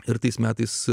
ir tais metais